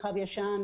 מרחב ישן,